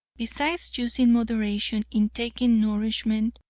besides using moderation in taking nourishment,